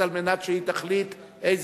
מאה